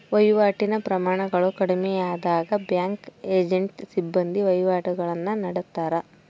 ವಹಿವಾಟಿನ ಪ್ರಮಾಣಗಳು ಕಡಿಮೆಯಾದಾಗ ಬ್ಯಾಂಕಿಂಗ್ ಏಜೆಂಟ್ನ ಸಿಬ್ಬಂದಿ ವಹಿವಾಟುಗುಳ್ನ ನಡತ್ತಾರ